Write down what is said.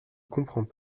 comprends